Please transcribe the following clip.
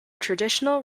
traditional